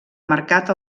mercat